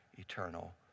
eternal